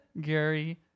Gary